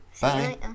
Bye